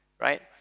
right